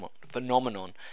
phenomenon